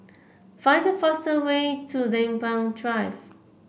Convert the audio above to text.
find the fastest way to Lempeng Drive